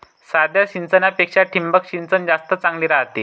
साध्या सिंचनापेक्षा ठिबक सिंचन जास्त चांगले रायते